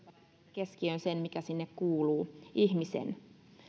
keskiöön sen mikä sinne kuuluu ihmisen